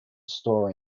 store